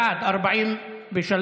בעד, 43,